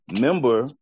member